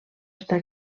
estar